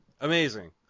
Amazing